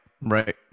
right